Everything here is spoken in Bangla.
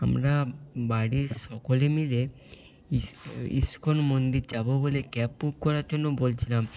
আমরা বাড়ির সকলে মিলে ইসকন মন্দির যাবো বলে ক্যাব বুক করার জন্য বলছিলাম